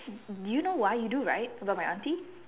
you know why you do right about my auntie